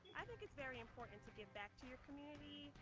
i think it's very important to give back to your community.